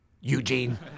Eugene